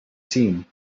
seen